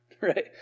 Right